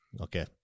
Okay